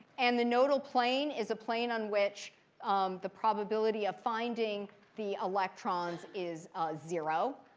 and the nodal plane is a plane on which um the probability of finding the electrons is zero.